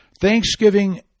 Thanksgiving